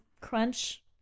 crunch